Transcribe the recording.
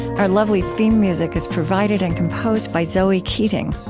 our lovely theme music is provided and composed by zoe keating.